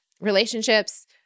relationships